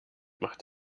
macht